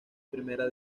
primera